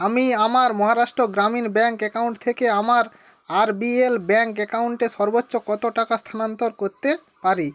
আমি আমার Maharashtra Gramin bank account থেকে আমার আরবিএল ব্যাঙ্ক অ্যাকাউন্টে সর্বোচ্চ কত টাকা স্থানান্তর করতে পারি